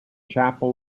chapel